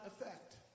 effect